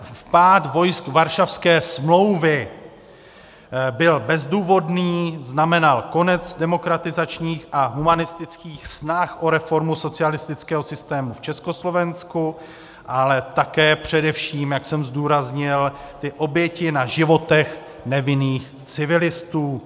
Vpád vojsk Varšavské smlouvy byl bezdůvodný, znamenal konec demokratizačních a humanistických snah o reformu socialistického systému v Československu, ale především také, jak jsem zdůraznil, i oběti na životech nevinných civilistů.